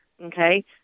Okay